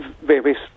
various